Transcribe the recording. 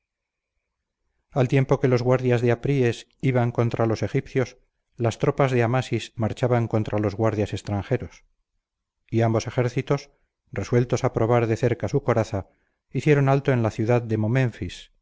al tiempo que los guardias de apríes iban contra los egipcios las tropas de amasis marchaban contra los guardias extranjeros y ambos ejércitos resueltos a probar de cerca sus coraza hicieron alto en la ciudad de momenfis